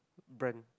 brand